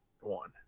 one